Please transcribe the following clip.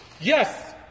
yes